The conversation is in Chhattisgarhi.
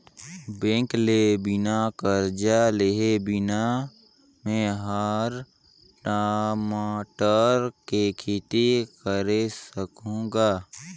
बेंक ले बिना करजा लेहे बिना में हर टमाटर के खेती करे सकहुँ गा